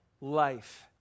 life